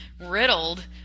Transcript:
riddled